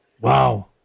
Wow